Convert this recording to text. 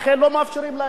לכן לא מאפשרים להם.